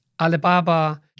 Alibaba